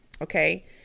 Okay